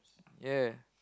ya